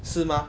是吗